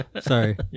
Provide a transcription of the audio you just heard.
Sorry